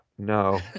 no